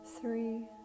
three